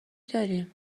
داریم